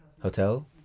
Hotel